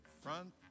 front